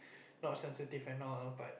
not sensitive and all ah but